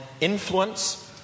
influence